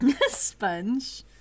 Sponge